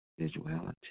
visuality